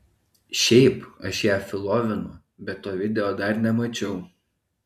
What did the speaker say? šiaip aš ją filovinu bet to video dar nemačiau